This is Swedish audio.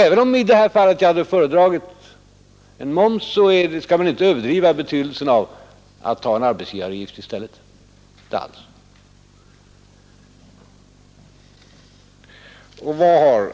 Även om jag i det här fallet hade föredragit en höjd moms, skall man alltså inte alls överdriva betydelsen av att ta en höjning av arbetsgivaravgiften i stället.